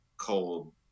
cold